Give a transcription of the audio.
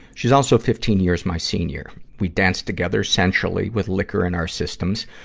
she's also fifteen years my senior. we danced together sensually with liquor in our systems.